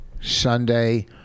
Sunday